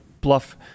bluff